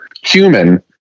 human